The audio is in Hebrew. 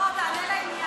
לא, תענה לעניין.